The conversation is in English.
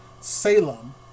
Salem